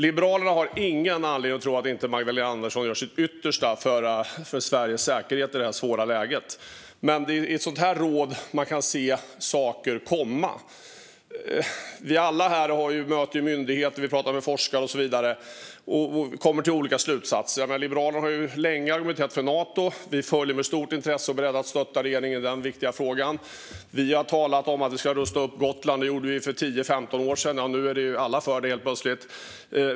Liberalerna har ingen anledning att tro att Magdalena Andersson inte gör sitt yttersta för Sveriges säkerhet i detta svåra läge. Men i ett sådant här råd kan man se saker komma. Alla vi här möter myndigheter, pratar med forskare och så vidare och kommer fram till olika slutsatser. Liberalerna har länge argumenterat för Nato och följer den viktiga frågan med stort intresse och är beredda att stötta regeringen. Vi har talat om att vi ska rusta upp Gotland - det gjorde vi för tio femton år sedan. Nu är alla för det helt plötsligt.